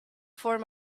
form